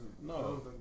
no